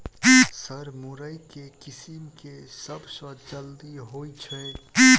Sir मुरई केँ किसिम केँ सबसँ जल्दी होइ छै?